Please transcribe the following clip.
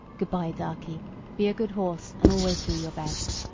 good-by, darkie be a good horse, and always do your best.